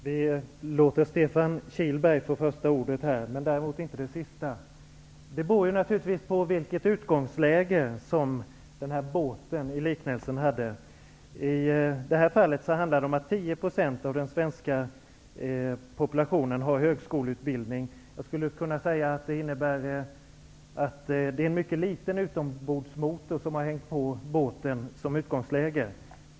Herr talman! Vi låter Stefan Kihlberg ha första ordet här men däremot inte det sista. Det beror naturligtvis på vilket utgångsläge som båten i liknelsen hade. I det här fallet handlar det om att 10 % av den svenska populationen har högskoleutbildning. Jag skulle kunna säga att det innebär att det är en mycket liten utombordsmotor som har hängt på båten i utgångsläge.